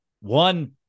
one